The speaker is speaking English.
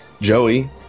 Joey